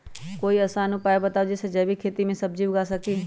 कोई आसान उपाय बताइ जे से जैविक खेती में सब्जी उगा सकीं?